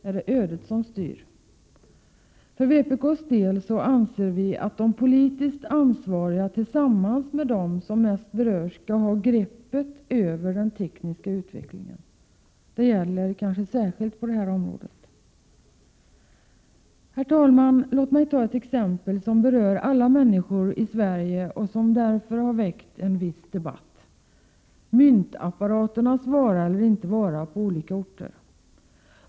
I stället måste det vara så att de politiskt ansvariga tillsammans med dem som mest berörs skall ha greppet över den tekniska utvecklingen. Låt mig ta ett exempel som berör alla människor i Sverige och som därför har väckt en viss debatt: myntapparaternas vara eller inte vara på olika orter.